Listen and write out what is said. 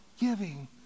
giving